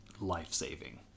life-saving